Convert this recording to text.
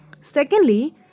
Secondly